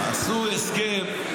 עשו הסכם,